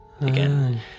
again